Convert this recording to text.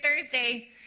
Thursday